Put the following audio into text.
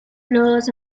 los